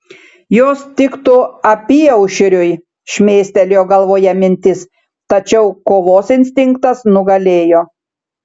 jos tiktų apyaušriui šmėstelėjo galvoje mintis tačiau kovos instinktas nugalėjo